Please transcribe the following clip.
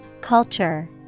culture